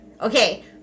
okay